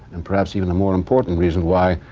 and perhaps even a more important reason why,